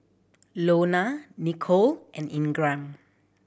Lona Nichole and Ingram